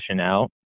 out